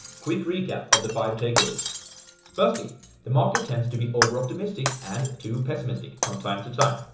quick recap of the five takeaways firstly the market tends to be over-optimistic and too pessimistic from time to time.